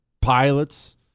pilots